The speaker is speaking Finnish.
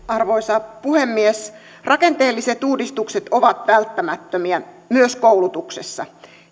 arvoisa puhemies rakenteelliset uudistukset ovat välttämättömiä myös koulutuksessa